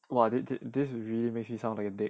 !wah! !wah! !wah! this really makes me sound like a dick